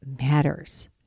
matters